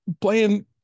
Playing